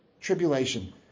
tribulation